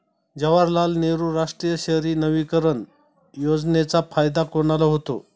जवाहरलाल नेहरू राष्ट्रीय शहरी नवीकरण योजनेचा फायदा कोणाला होतो?